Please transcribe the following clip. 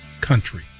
country